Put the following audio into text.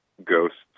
Ghosts